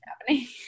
happening